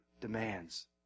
demands